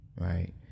right